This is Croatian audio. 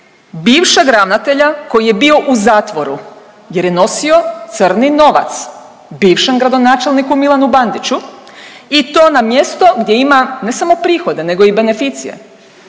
bivšeg ravnatelja koji je bio u zatvoru jer je nosio crni novac bivšem gradonačelniku Milanu Bandiću i to na mjesto gdje ima ne samo prihode nego i beneficije.